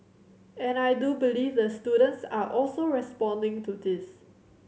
and I do believe the students are also responding to this